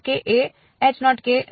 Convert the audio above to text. તો આ છે